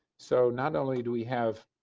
so not only do we have